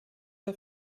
der